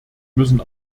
müssen